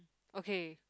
okay